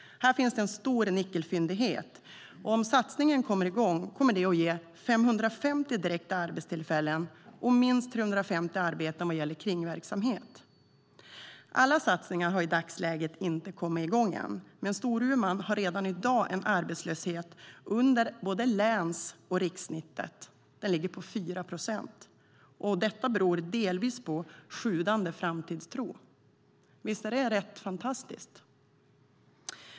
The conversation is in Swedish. Här finns en stor nickelfyndighet, och om satsningen kommer i gång kommer det att ge 550 direkta arbetstillfällen och minst 350 arbeten vad gäller kringverksamhet. Alla satsningar har i dagsläget inte kommit i gång, men Storuman har redan i dag en arbetslöshet under både läns och rikssnittet. Den ligger på 4 procent. Detta beror delvis på sjudande framtidstro. Visst är det rätt fantastiskt!